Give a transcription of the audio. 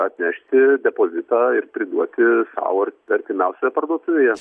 atnešti depozitą ir priduoti sau ar artimiausioje parduotuvėje